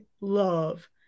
love